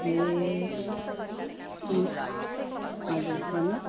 ए हुन् हजुर भन्नुहोस्